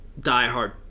diehard